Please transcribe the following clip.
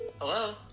Hello